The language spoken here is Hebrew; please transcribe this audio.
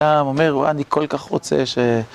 אומר, אני כל כך רוצה ש...